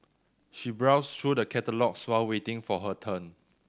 she browsed through the catalogues while waiting for her turn